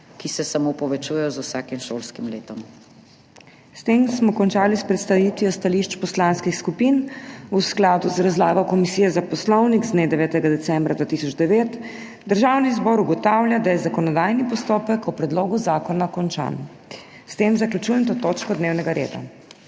ki se samo povečujejo z vsakim šolskim letom. PODPREDSEDNICA MAG. MEIRA HOT: S tem smo končali s predstavitvijo stališč poslanskih skupin. V skladu z razlago Komisije za poslovnik z dne 9. decembra 2009 Državni zbor ugotavlja, da je zakonodajni postopek o predlogu zakona končan. S tem zaključujem to točko dnevnega reda.